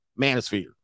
manosphere